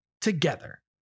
together